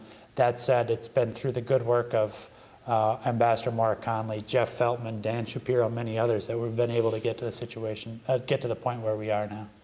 that said, it's been through the good work of ambassador maura connelly, jeff feltman, dan shapiro and many others that we've been able to get to the situation ah get to the point where we are now.